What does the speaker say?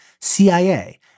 CIA